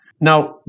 Now